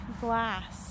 glass